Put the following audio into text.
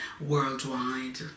worldwide